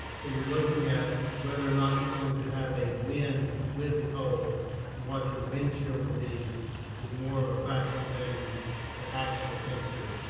so you're looking at whether or not you're going to have a wind with the cold and what your wind chill will be is more of a factor than the actual temperature.